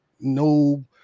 No